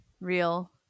real